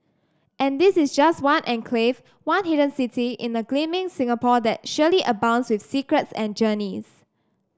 and this is just one enclave one hidden city in a gleaming Singapore that surely abounds with secrets and journeys